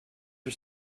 for